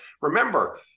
Remember